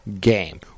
game